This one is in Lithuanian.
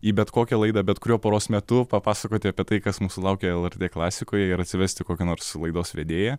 į bet kokią laidą bet kuriuo paros metu papasakoti apie tai kas mūsų laukia lrt klasikoj ir atsivesti kokią nors laidos vedėją